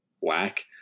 whack